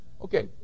Okay